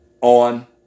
on